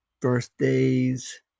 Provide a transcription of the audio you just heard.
birthdays